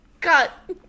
Cut